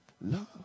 love